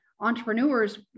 entrepreneurs